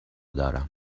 دارم